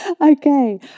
Okay